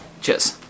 Cheers